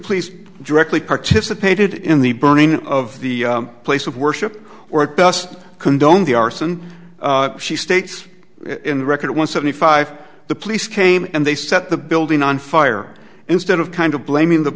police directly participated in the burning of the place of worship or at best condone the arson she states in record one seventy five the police came and they set the building on fire instead of kind of blaming the